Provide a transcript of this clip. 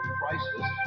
prices